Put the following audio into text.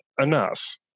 enough